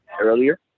earlier